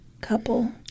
couple